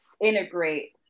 integrate